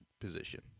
position